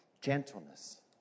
Gentleness